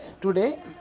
today